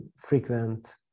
frequent